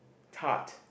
tart